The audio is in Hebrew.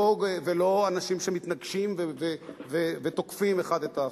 ולא אנשים שמתנגשים ותוקפים אחד את האחר.